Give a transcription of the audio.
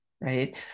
right